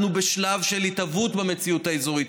אנחנו בשלב של התהוות במציאות האזורית,